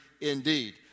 indeed